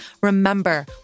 Remember